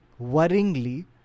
worryingly